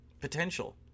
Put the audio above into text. potential